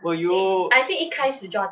will you